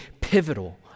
pivotal